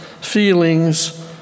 feelings